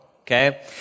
okay